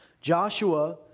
Joshua